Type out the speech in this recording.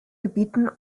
gebieten